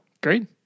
Great